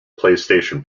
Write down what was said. playstation